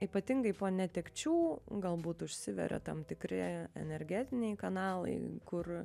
ypatingai po netekčių galbūt užsiveria tam tikri energetiniai kanalai kur